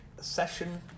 session